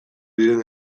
diren